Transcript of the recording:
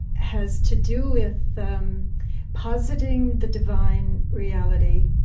has to do with um positing the divine reality,